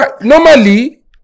normally